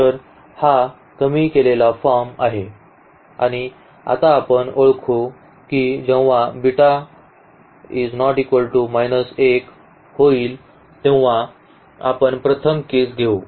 तर हा कमी केलेला फॉर्म आहे आणि आता आपण ओळखू की जेव्हा होईल तेव्हा आपण प्रथम केस घेऊ